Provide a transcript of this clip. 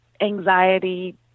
anxiety